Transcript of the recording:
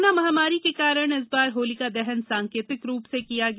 corona महामारी के कारण इस बार होलिका दहन सांकेतिक रूप से किया गया